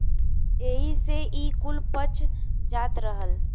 एही से ई कुल पच जात रहल